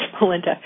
Melinda